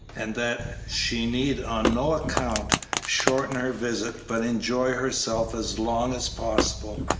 and that she need on no account shorten her visit but enjoy herself as long as possible,